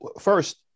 first